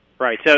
Right